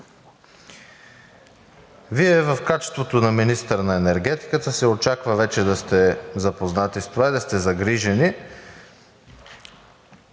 Вие в качеството на министър на енергетиката се очаква вече да сте запознат с това и да сте загрижен.